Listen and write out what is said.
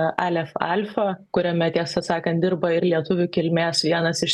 aleph alpha kuriame tiesą sakant dirba ir lietuvių kilmės vienas iš